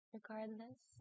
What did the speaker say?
Regardless